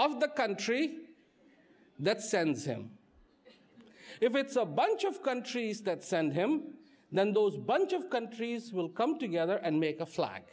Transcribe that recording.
of the country that sends him if it's a bunch of countries that send him then those bunch of countries will come together and make a fl